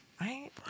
Right